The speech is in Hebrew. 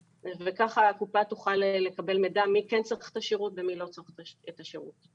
וככה הקופה תוכל לקבל מידע מי צריך את השירות ומי לא צריך את השירות.